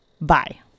bye